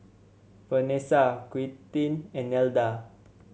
Vanesa Quintin and Nelda